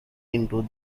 into